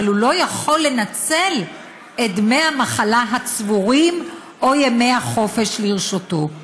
אבל הוא לא יכול לנצל את דמי המחלה הצבורים או ימי החופש שלרשותו.